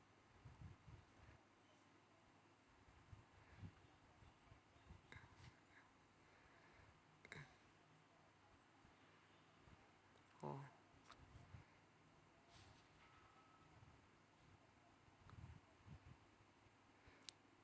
oh